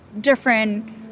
different